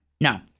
No